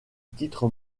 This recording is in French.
titre